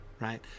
right